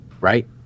right